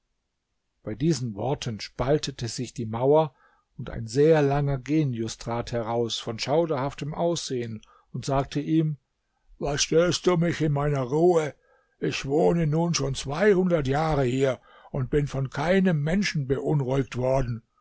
bei diesen worten spaltete sich die mauer und ein sehr langer genius trat heraus von schauderhaftem aussehen und sagte ihm was störst du mich in meiner ruhe ich wohne nun schon zweihundert jahre hier und bin von keinem menschen beunruhigt worden